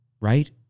right